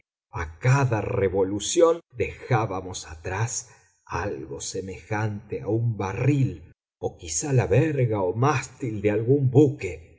a cada revolución dejábamos atrás algo semejante a un barril o quizá la verga o mástil de algún buque